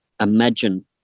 imagine